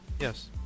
Yes